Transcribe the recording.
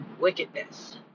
wickedness